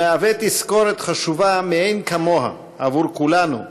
היא מהווה תזכורת חשובה מאין כמוה עבור כולנו,